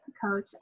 coach